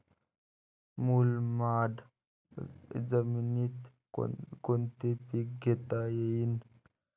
मुरमाड जमिनीत कोनचे पीकं घेता येईन?